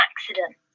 accident